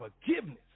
forgiveness